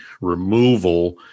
removal